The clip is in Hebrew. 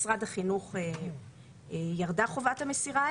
לגבי משרד החינוך ירדה חובת המסירה,